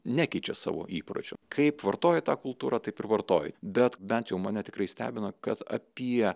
nekeičia savo įpročių kaip vartoji tą kultūrą taip ir vartoji bet bent jau mane tikrai stebina kad apie